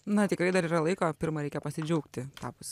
na tikrai dar yra laiko pirma reikia pasidžiaugti tapus